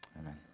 amen